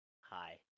Hi